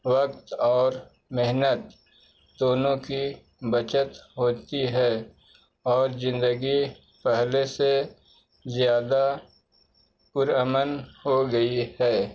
وقت اور محنت دونوں کی بچت ہوتی ہے اور زندگی پہلے سے زیادہ پر امن ہو گئی ہے